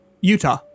utah